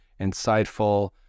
insightful